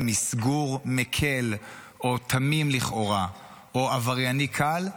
מסגור מקל או תמים לכאורה או עברייני קל,